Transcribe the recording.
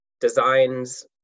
designs